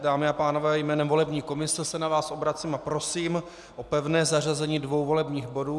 Dámy a pánové, jménem volební komise se na vás obracím a prosím o pevné zařazení dvou volebních bodů.